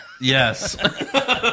Yes